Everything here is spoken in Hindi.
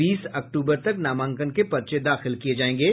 बीस अक्टूबर तक नामांकन के पर्चे दाखिल किये जायेंगे